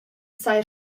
saja